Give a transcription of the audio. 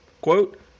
quote